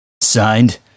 Signed